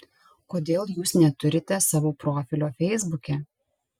kodėl jūs neturite savo profilio feisbuke